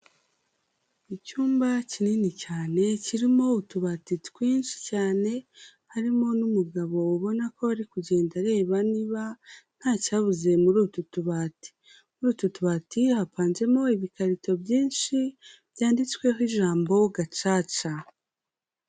Icyumba kinini cyane, kirimo utubati twinshi cyane, harimo n'umugabo ubona ko ari kugenda areba, niba nta cyabuze muri utu tubati, muri utu tubati hapanzemo ibikarito byinshi, byanditsweho ijambo Gacaca.